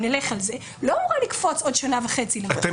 אם נלך על זה היא לא אמורה לקפוץ בעוד שנה וחצי --- אתם